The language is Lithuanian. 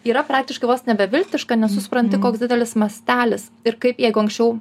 yra praktiškai vos ne beviltiška nes tu supranti koks didelis mastelis ir kaip jeigu anksčiau